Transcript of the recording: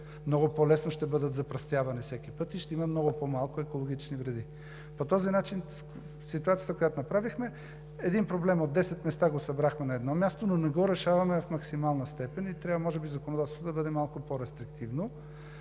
много по-лесно ще бъдат запръстявани всеки път и ще има много по-малко екологични вреди. По този начин ситуацията, която направихме – един проблем от десет места го събрахме на едно място, но не го решаваме в максимална степен и може би законодателството трябва да бъде малко по-рестриктивно.